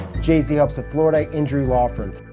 jz helps, a florida injury law firm.